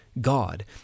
God